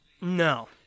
No